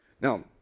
Now